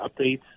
updates